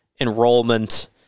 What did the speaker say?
enrollment